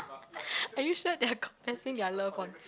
are you sure they are confessing their love on